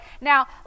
Now